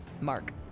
mark